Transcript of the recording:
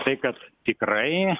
tai kas tikrai